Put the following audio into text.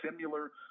similar